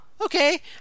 Okay